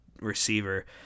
receiver